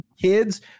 kids